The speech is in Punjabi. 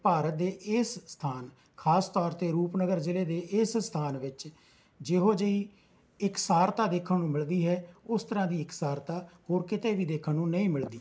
ਭਾਰਤ ਦੇ ਇਸ ਸਥਾਨ ਖਾਸ ਤੌਰ 'ਤੇ ਰੂਪਨਗਰ ਜ਼ਿਲ੍ਹੇ ਦੇ ਇਸ ਸਥਾਨ ਵਿੱਚ ਜਿਹੋ ਜਿਹੀ ਇਕਸਾਰਤਾ ਦੇਖਣ ਨੂੰ ਮਿਲਦੀ ਹੈ ਉਸ ਤਰ੍ਹਾਂ ਦੀ ਇਕਸਾਰਤਾ ਹੋਰ ਕਿਤੇ ਵੀ ਦੇਖਣ ਨੂੰ ਨਹੀਂ ਮਿਲਦੀ